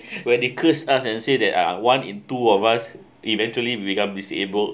where they curse us and say that one in two of us eventually become disabled